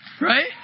Right